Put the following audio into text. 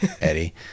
Eddie